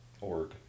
org